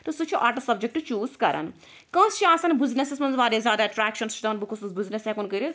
تہٕ سُہ چھُ آرٹٕس سبجیٚکٹہٕ چیٛوٗز کران کٲنٛسہِ چھِ آسان بِزنیٚسَس مَنٛز واریاہ زیادٕ اَٹریکشَن سُہ چھُ دَپان بہٕ گوٚژھُس بِزنیٚس ہیٚکُن کٔرِتھ